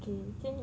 okay can you